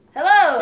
Hello